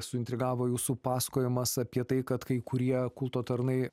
suintrigavo jūsų pasakojimas apie tai kad kai kurie kulto tarnai